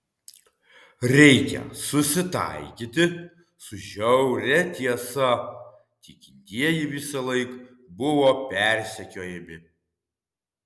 reikia susitaikyti su žiauria tiesa tikintieji visąlaik buvo persekiojami